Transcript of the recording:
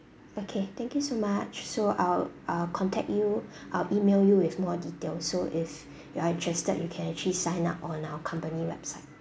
okay thank you so much so I'll I'll contact you I'll email you with more detail so if you're interested you can actually sign up on our company website